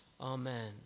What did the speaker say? Amen